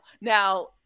Now